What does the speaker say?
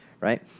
right